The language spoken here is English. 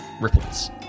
ripples